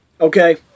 Okay